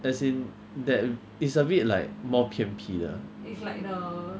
as in that it's a bit like more 偏僻的